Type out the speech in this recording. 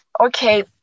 Okay